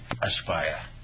aspire